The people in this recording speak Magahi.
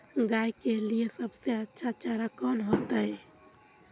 गाय के लिए सबसे अच्छा चारा कौन होते?